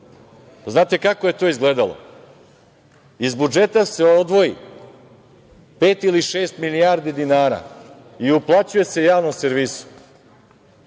Znate kako je to izgledalo? Iz budžeta se odvoji pet ili šest milijardi dinara i uplaćuje se Javnom servisu,